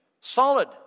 solid